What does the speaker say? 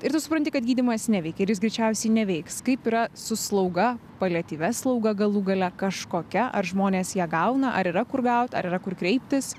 ir tu supranti kad gydymas neveikia ir jis greičiausiai neveiks kaip yra su slauga paliatyvia slauga galų gale kažkokia ar žmonės ją gauna ar yra kur gauti ar yra kur kreiptis